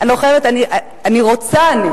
אני לא חייבת, אני רוצה.